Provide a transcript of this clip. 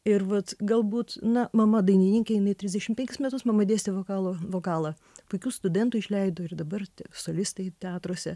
ir vat galbūt na mama dainininkė jinai trisdešim penkis metus mama dėstė vokalo vokalą puikių studentų išleido ir dabar solistai teatruose